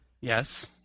Yes